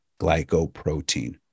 glycoprotein